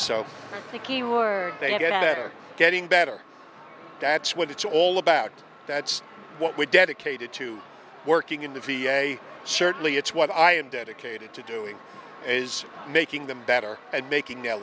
better getting better that's what it's all about that's what we're dedicated to working in the v a certainly it's what i am dedicated to doing is making them better and making their